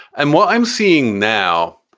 and what i'm seeing now.